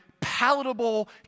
palatable